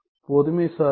பொதுமை சார்புகள்